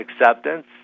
acceptance